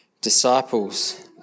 disciples